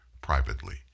privately